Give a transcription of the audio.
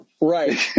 Right